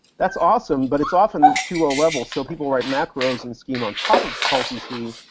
that's awesome, but it's often too ah low-level so people write macros and scheme on top of call cc,